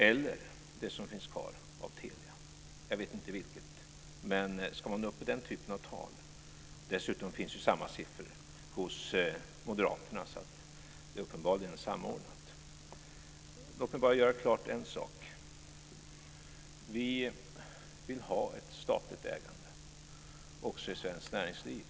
Eller så tänker ni sälja ut det som finns kvar av Telia, jag vet inte vilket, om ni ska upp i den typen av tal. Dessutom finns ju samma siffror hos Moderaterna, så det är uppenbarligen samordnat. Låt mig bara göra klart en sak. Vi vill ha ett statligt ägande också i svenskt näringsliv.